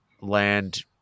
land